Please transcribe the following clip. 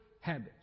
habits